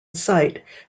sight